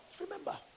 Remember